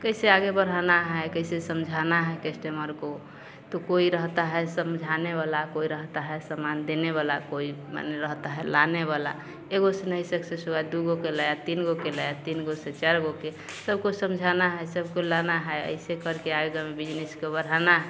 कैसे आगे बढ़ाना है कैसे समझाना है कस्टमर को तो कोई रहता है समझाने वाला कोई रहता है समान देने वाला कोई माने रहता है लाने वाला एक से नहीं सक्सेस हुआ दो को लाया तीन को लाया तीन से चार से सबको समझाना है सबको लाना है ऐसे करके आएगा बिजनिस को बढ़ाना है